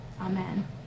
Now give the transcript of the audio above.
Amen